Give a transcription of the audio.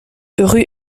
rue